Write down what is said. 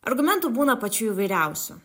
argumentų būna pačių įvairiausių